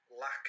Lack